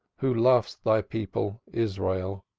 who lovest thy people israel.